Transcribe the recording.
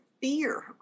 fear